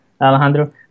Alejandro